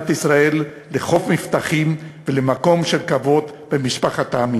ישראל לחוף מבטחים ולמקום של כבוד במשפחת העמים.